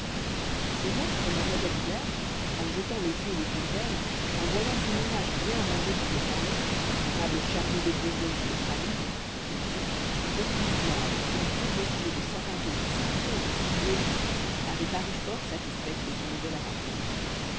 au reste mademoiselle claire en jetant les yeux autour d'elle en voyant son ménage bien rangé sur les tablettes sa table chargée de bonbons et de pralines et surtout son petit lit blanc avec son couvre-pieds de satin rose si frais et si joli avait paru fort satisfaite de son nouvel appartement